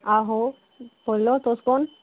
आहो बोल्लो तुस कौन